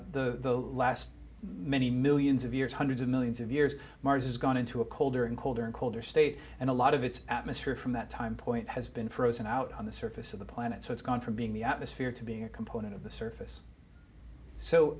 the last many millions of years hundreds of millions of years mars is going into a colder and colder and colder state and a lot of its atmosphere from that time point has been frozen out on the surface of the planet so it's gone from being the atmosphere to being a component of the surface so